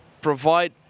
provide